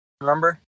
Remember